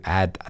add